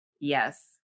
Yes